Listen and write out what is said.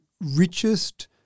richest